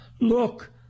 look